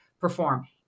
perform